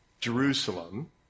Jerusalem